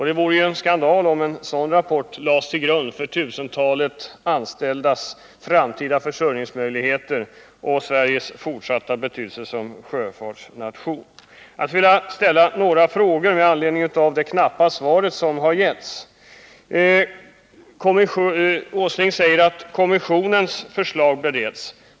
Det vore skandal om en sådan rapport skulle läggas till grund för tusentalet anställdas framtida försörjningsmöjligheter och Sveriges fortsatta betydelse som sjöfartsnation. Jag skulle vilja ställa några frågor med anledning av det knappa svar som har getts. Industriminister Åsling säger att kommissionens förslag bereds.